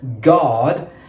God